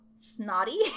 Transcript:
snotty